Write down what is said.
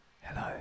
hello